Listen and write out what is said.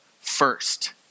first